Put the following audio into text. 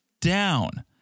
down